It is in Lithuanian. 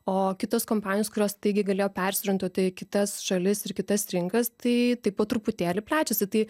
o kitos kompanijos kurios staigiai galėjo persiorientuoti į kitas šalis ir kitas rinkas tai tai po truputėlį plečiasi tai